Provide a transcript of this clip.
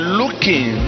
looking